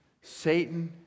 Satan